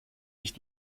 nicht